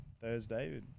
Thursday